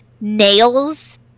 nails